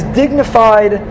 dignified